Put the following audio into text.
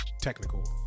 Technical